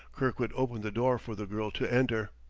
kirkwood opened the door for the girl to enter.